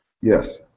Yes